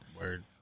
Word